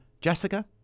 Jessica